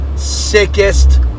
Sickest